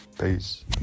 peace